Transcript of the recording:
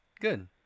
Good